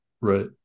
right